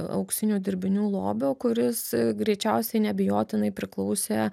auksinių dirbinių lobio kuris greičiausiai neabejotinai priklausė